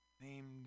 named